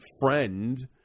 friend